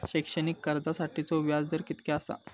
शैक्षणिक कर्जासाठीचो व्याज दर कितक्या आसा?